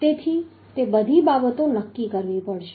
તેથી તે બધી બાબતો નક્કી કરવી પડશે